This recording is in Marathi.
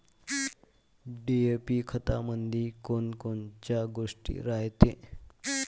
डी.ए.पी खतामंदी कोनकोनच्या गोष्टी रायते?